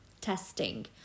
testing